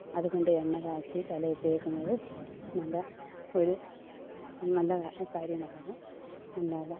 അതുകൊണ്ട് എണ്ണകാച്ചി തലയിൽ തേക്കുന്നത് നല്ല ഒരു നല്ല കാര്യങ്ങളാണ് അല്ലാതെ